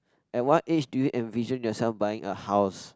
at what age do you envision yourself buying a house